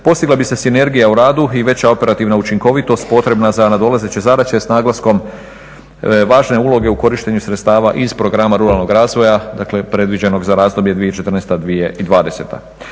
postigla bi se sinergija u radu i veća operativna učinkovitost potrebna za nadolazeće zadaće s naglaskom važne uloge u korištenju sredstava iz Programa ruralnog razvoja previđenog za razdoblje 2014.-2020.